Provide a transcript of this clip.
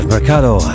Mercado